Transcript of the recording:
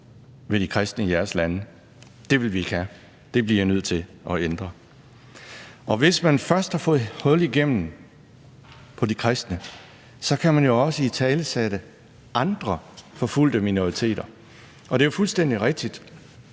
ved de kristne i jeres lande, og at det vil vi ikke have. Det bliver I nødt til at ændre. Kl. 21:10 Hvis man først har fået hul igennem i forhold til de kristne, kan man også italesætte andre forfulgte minoriteter. Det er jo fuldstændig rigtigt,